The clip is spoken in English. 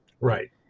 Right